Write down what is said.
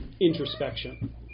introspection